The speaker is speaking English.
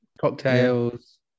cocktails